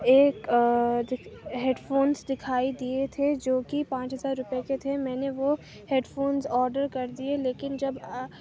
ایک headphones دکھائی دیے تھے جو کہ پانچ ہزار روپیے کے تھے میں نے وہ ہیڈ فونس آڈر کر دیے لیکن جب آ